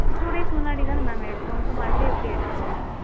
ஆ two days முன்னாடி தான ma'am எடுத்தோம் இப்போ மறுபடியும் எப்படி எடுக்க முடியும்